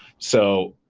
so,